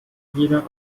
jener